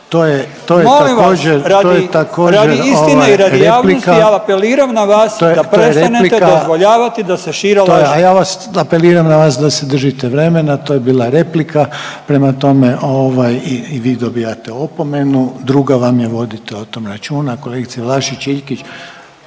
A ja vas, apeliram na vas da se držite vremena, to je bila replika, prema tome ovaj i vi dobijate opomenu, druga vam je, vodite o tom računa. Kolegice Vlašić Iljkić,